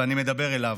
ואני מדבר אליו.